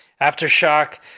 Aftershock